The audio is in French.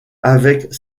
avec